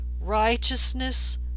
Righteousness